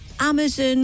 Amazon